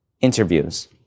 interviews